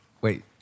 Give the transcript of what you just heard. Wait